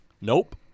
Nope